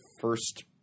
first